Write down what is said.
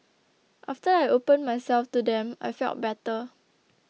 after I opened myself to them I felt better